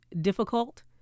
difficult